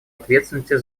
ответственности